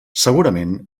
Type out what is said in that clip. segurament